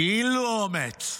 כאילו אומץ,